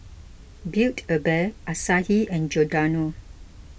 Build a Bear Asahi and Giordano